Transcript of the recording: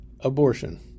Abortion